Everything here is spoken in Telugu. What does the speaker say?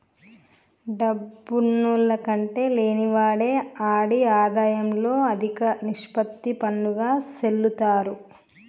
డబ్బున్నాల్ల కంటే లేనివాడే ఆడి ఆదాయంలో అదిక నిష్పత్తి పన్నుగా సెల్లిత్తారు